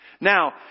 Now